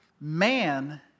Man